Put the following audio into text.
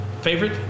Favorite